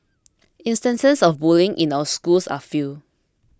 instances of bullying in our schools are few